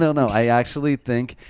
don't know, i actually think.